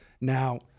Now